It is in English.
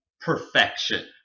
perfection